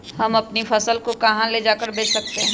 हम अपनी फसल को कहां ले जाकर बेच सकते हैं?